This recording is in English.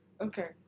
Okay